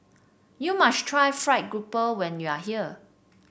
you must try fried grouper when you are here